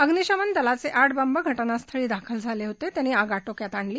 अम्निशमन दलाचे आठ बंब घटनास्थळी दाखल झाले आणि त्यांनी आग आटोक्यात आणली